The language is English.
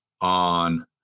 on